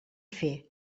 fer